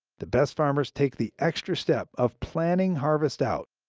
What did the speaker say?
the best farmers take the extra step of planning harvest out.